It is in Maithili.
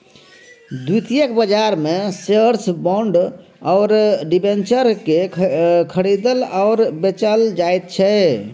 द्वितीयक बाजारमे शेअर्स बाँड आओर डिबेंचरकेँ खरीदल आओर बेचल जाइत छै